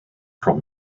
from